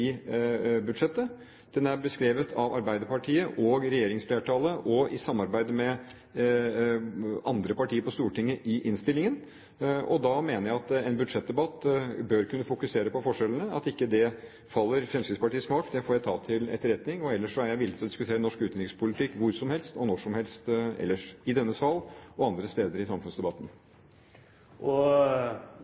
budsjettet. Det er beskrevet av Arbeiderpartiet, regjeringsflertallet og i samarbeid med andre partier på Stortinget i innstillingen. Da mener jeg en budsjettdebatt bør kunne fokusere på forskjellene. At ikke det faller i Fremskrittspartiets smak, får jeg ta til etterretning, og ellers er jeg villig til å diskutere norsk utenrikspolitikk hvor som helst og når som helst ellers, i denne sal og andre steder i samfunnsdebatten.